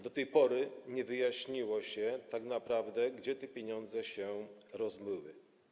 Do tej pory nie wyjaśniło się tak naprawdę, gdzie te pieniądze się rozmyły.